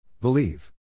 Believe